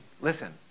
Listen